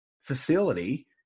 facility